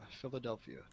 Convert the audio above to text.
Philadelphia